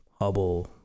Hubble